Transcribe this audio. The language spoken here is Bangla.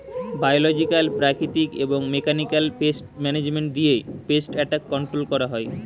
বায়োলজিকাল, প্রাকৃতিক এবং মেকানিকাল পেস্ট ম্যানেজমেন্ট দিয়ে পেস্ট অ্যাটাক কন্ট্রোল করা হয়